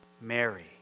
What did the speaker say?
Mary